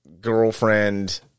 girlfriend